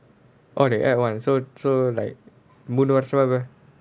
oh they add one so so like